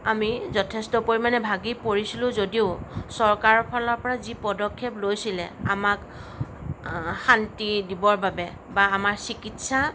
আমি যথেষ্ট পৰিমাণে ভাগি পৰিছিলোঁ যদিও চৰকাৰৰ ফালৰ পৰা যি পদক্ষেপ লৈছিলে আমাক শান্তি দিবৰ বাবে বা আমাৰ চিকিৎসা